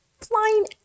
flying